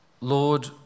Lord